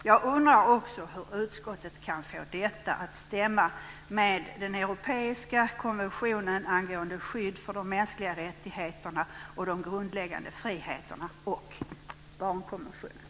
Jag undrar också hur utskottet kan få detta att stämma med den europeiska konventionen angående skydd för de mänskliga rättigheterna och de grundläggande friheterna - och barnkonventionen.